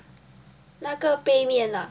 那个杯面啊